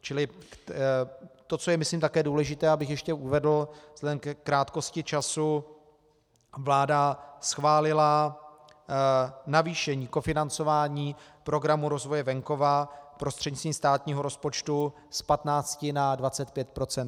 Čili to, co je myslím také důležité, abych ještě uvedl vzhledem ke krátkosti času: vláda schválila navýšení kofinancování Programu rozvoje venkova prostřednictvím státního rozpočtu z 15 na 25 %.